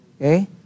Okay